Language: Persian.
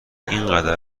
اینقدر